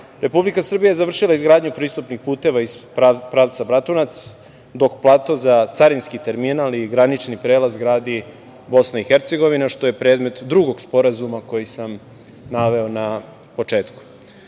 mostu. Republika Srbija izvršila je izgradnju pristupnih puteva iz pravca Bratunac, dok plato za carinski terminal i granični prelaz gradi BiH, što je predmet drugog sporazuma koji sam naveo na